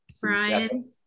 Brian